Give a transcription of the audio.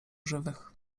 żywych